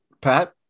Pat